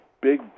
big